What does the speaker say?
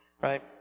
Right